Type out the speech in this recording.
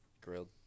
grilled